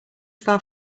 far